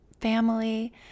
family